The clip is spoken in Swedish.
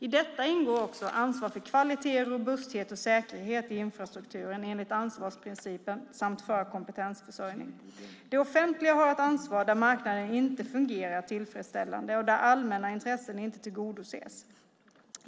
I detta ingår också ansvar för kvalitet, robusthet och säkerhet i infrastrukturen enligt ansvarsprincipen samt för kompetensförsörjning. Det offentliga har ett ansvar där marknaden inte fungerar tillfredsställande och där allmänna intressen inte tillgodoses.